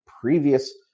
previous